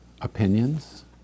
opinions